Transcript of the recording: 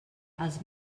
els